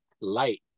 light